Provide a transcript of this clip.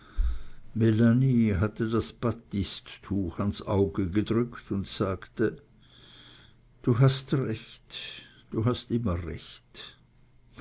hatte das battisttuch ans auge gedrückt und sagte du hast recht du hast immer recht